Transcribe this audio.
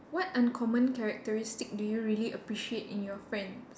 what uncommon characteristic do you really appreciate in your friend